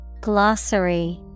Glossary